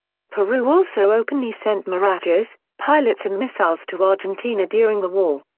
peru also openly sent mirages, pilots and missiles to argentina during the war.